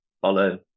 follow